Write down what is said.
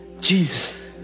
Jesus